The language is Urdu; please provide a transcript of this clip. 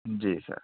جی سر